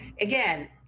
again